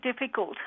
difficult